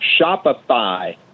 Shopify